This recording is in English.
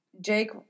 Jake